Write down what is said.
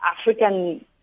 african